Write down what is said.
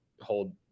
hold